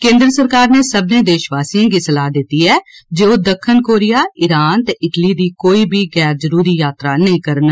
केन्द्र सरकार नै सब्मनें देशवासिएं गी सलाह् दित्ती ऐ जे ओह् दक्खन कोरिया ईरान ते इटली दी कोई बी गैर जरूरी यात्रा नेईं करन